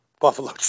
Buffalo